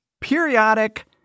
periodic